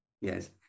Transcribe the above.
Yes